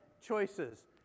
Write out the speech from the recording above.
choices